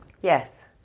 Yes